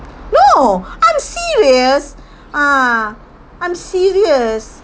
no I'm serious uh I'm serious